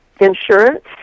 insurance